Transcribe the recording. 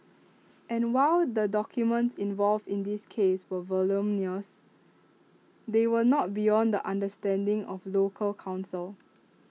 and while the documents involved in this case were voluminous they were not beyond understanding of local counsel